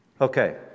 Okay